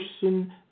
person